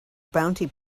bounty